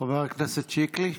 חבר הכנסת שיקלי?